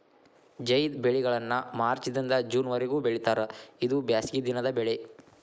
ಝೈದ್ ಬೆಳೆಗಳನ್ನಾ ಮಾರ್ಚ್ ದಿಂದ ಜೂನ್ ವರಿಗೂ ಬೆಳಿತಾರ ಇದು ಬ್ಯಾಸಗಿ ದಿನದ ಬೆಳೆ